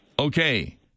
Okay